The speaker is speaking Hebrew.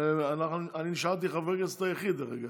אני נשארתי חבר הכנסת היחיד כרגע.